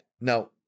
now